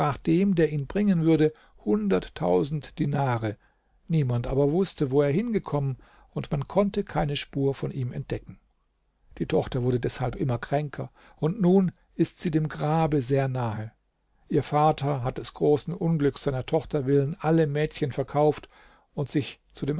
dem der ihn bringen würde hunderttausend dinare niemand aber wußte wo er hingekommen und man konnte keine spur von ihm entdecken die tochter wurde deshalb immer kränker und nun ist sie dem grabe sehr nahe ihr vater hat des großen unglücks seiner tochter willen alle mädchen verkauft und sich zu